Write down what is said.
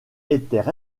étaient